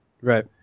Right